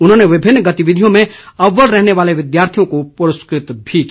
उन्होंने विभिन्न गतिविधियों में अव्वल रहने वाले विद्यार्थियों को पुरस्कृत भी किया